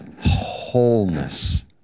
wholeness